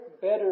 better